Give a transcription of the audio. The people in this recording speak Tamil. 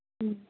ம்